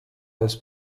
als